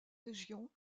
région